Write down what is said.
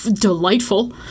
delightful